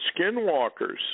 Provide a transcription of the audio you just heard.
skinwalkers